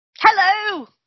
Hello